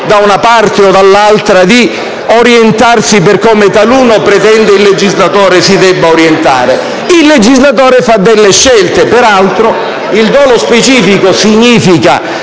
da una parte o dall'altra di orientarsi per come taluno pretende che il legislatore si debba orientare. Il legislatore fa delle scelte, peraltro il dolo specifico significa